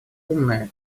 умная